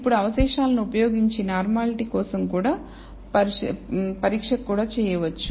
ఇప్పుడు అవశేషాలను ఉపయోగించి నార్మాలిటీ కోసం పరీక్ష కూడా చేయవచ్చు